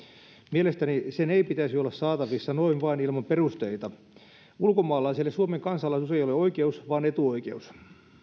mielestäni sen ei pitäisi olla saatavissa noin vain ilman perusteita ulkomaalaiselle suomen kansalaisuus ei ole oikeus vaan etuoikeus